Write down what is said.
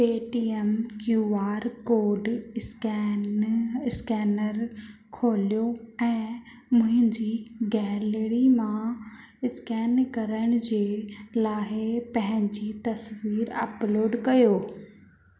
Paytm Q R code scan scanner खोलियो ऐं मुंहिंजी गैलरी मां स्कैन करण जे लाइ पंहिंजी तस्वीरु अपलोड कयो